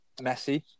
Messi